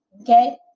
okay